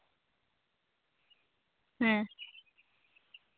ᱦᱮᱸ